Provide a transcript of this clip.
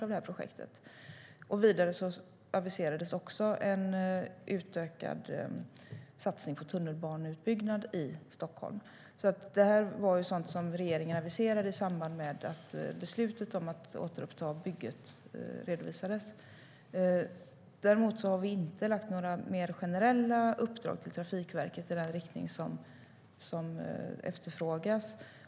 I samband med att beslutet om att återuppta bygget redovisades aviserade regeringen också en ökad satsning på tunnelbaneutbyggnad i Stockholm. Däremot har Trafikverket inte fått några mer generella uppdrag i den riktning som efterfrågas.